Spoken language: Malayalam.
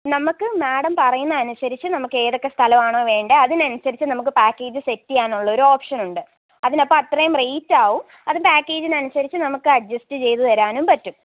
നമ്മൾക്ക് മാഡം പറയുന്നത് അനുസരിച്ച് നമുക്ക് ഏതൊക്കെ സ്ഥലമാണോ വേണ്ടത് അതിന് അനുസരിച്ച് നമുക്ക് പാക്കേജ് സെറ്റ് ചെയ്യാനുള്ള ഒരു ഓപ്ഷനുണ്ട് അതിന് അപ്പോൾ അത്രയും റേറ്റ് ആവും അത് പാക്കേജിന് അനുസരിച്ച് നമുക്ക് അഡ്ജസ്റ്റ് ചെയ്തു തരാനും പറ്റും